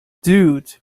dude